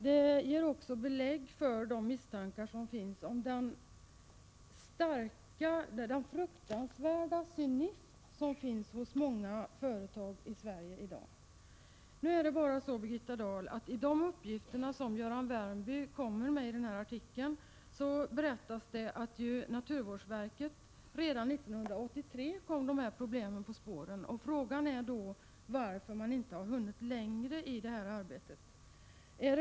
Detta ger även belägg för misstankarna om fruktansvärd cynism i många företag i Sverige i dag. Och, Birgitta Dahl, i den artikel som Göran Värmby skrivit berättas att naturvårdsverket redan 1983 kom dessa problem på spåren. Frågan är varför man inte hunnit längre i detta arbete.